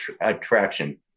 attraction